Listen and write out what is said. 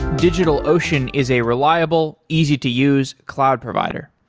digitalocean is a reliable, easy to use cloud provider.